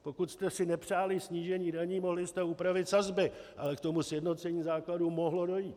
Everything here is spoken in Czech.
Pokud jste si nepřáli snížení daní, mohli jste upravit sazby, ale k tomu sjednocení základu mohlo dojít.